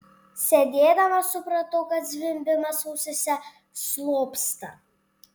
sėdėdama supratau kad zvimbimas ausyse slopsta